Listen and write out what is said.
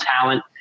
talent